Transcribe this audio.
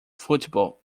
football